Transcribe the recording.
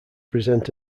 present